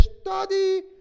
study